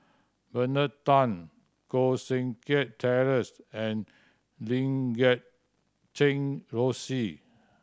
Bernard Tan Koh Seng Kiat Terence and Lim Guat Kheng Rosie